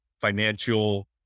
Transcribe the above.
financial